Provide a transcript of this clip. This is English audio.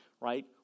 Right